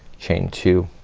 chain two,